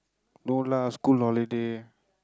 no lah school holiday